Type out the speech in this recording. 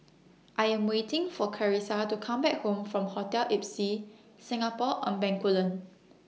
I Am waiting For Carisa to Come Back Home from Hotel Ibis Singapore on Bencoolen